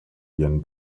ihren